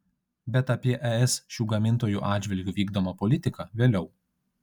bet apie es šių gamintojų atžvilgiu vykdomą politiką vėliau